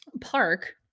park